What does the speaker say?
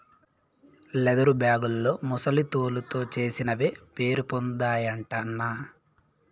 leather బేగుల్లో ముసలి తోలుతో చేసినవే పేరుపొందాయటన్నా